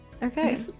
Okay